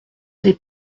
des